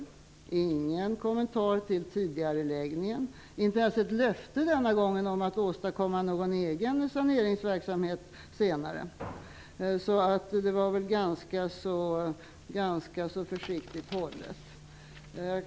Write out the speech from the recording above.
Han hade ingen kommentar till tidigareläggningen. Han gav denna gång inte ens ett löfte om att åstadkomma någon egen saneringsverksamhet senare. Anförandet var ganska försiktigt hållet.